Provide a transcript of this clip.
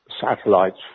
satellites